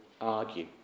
argue